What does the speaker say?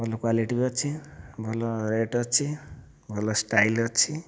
ଭଲ କ୍ଵାଲିଟି ବି ଅଛି ଭଲ ରେଟ୍ ଅଛି ଭଲ ଷ୍ଟାଇଲ୍ ଅଛି